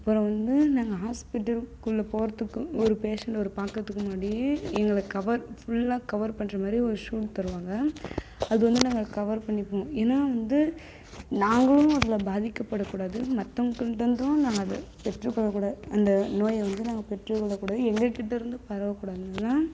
அப்பறம் வந்து நாங்கள் ஹாஸ்பிட்டலுக்குள்ள போகிறதுக்கு ஒரு பேஷண்ட் ஒரு பார்க்குறதுக்கு முன்னாடியே எங்களை கவர் ஃபுல்லா கவர் பண்ணுற மாதிரி ஒரு ஷூட் தருவாங்க அது வந்து நாங்கள் கவர் பண்ணிப்போம் ஏன்னா வந்து நாங்களும் அதில் பாதிக்கப்படக்கூடாது மத்தவங்ககிட்டேயிருந்தும் நாங்கள் அதை பெற்றுக் கொள்ளக் கூடாது அந்த நோயை வந்து நாங்கள் பெற்றுக் கொள்ளக் கூடாது எங்ககிட்டேயிருந்தும் பரவக்கூடாதுனா